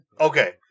Okay